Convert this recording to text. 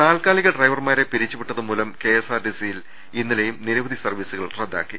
താൽക്കാലിക ഡ്രൈവർമാരെ പിരിച്ചു വിട്ടത് മൂലം കെഎസ്ആർടിസിയിൽ ഇന്നലെയും നിരവധി സർവ്വീസുകൾ റദ്ദാ ക്കി